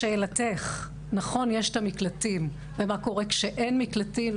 לשאלתך, יש מקלטים, אבל מה קורה כשאין מקלטים?